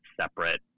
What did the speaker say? separate